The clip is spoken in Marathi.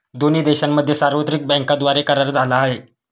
दोन्ही देशांमध्ये सार्वत्रिक बँकांद्वारे करार झाला आहे